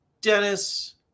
Dennis